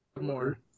more